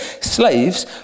Slaves